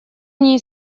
ней